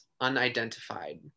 unidentified